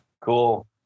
Cool